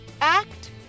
act